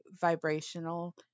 vibrational